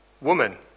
Woman